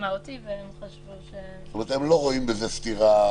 מהותי והם חשבו ש --- זאת אומרת שהם לא רואים בזה סתירה.